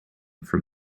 from